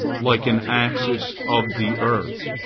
like an axis of the earth.